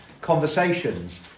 conversations